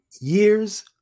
years